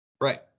Right